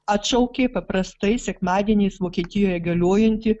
atšaukė paprastai sekmadieniais vokietijoje galiojantį